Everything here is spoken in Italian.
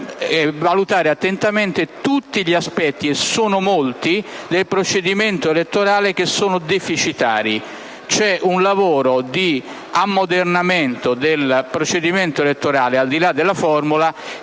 valutare attentamente tutti gli aspetti deficitari - e sono molti - del procedimento elettorale. C'è un lavoro di ammodernamento del procedimento elettorale, al di là della formula,